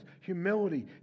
humility